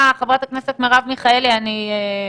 הזה.